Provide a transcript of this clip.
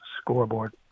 scoreboard